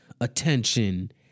attention